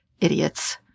Idiots